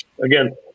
again